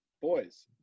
boys